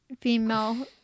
female